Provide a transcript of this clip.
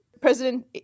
President